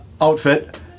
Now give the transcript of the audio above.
outfit